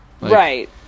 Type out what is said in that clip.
Right